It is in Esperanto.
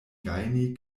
gajni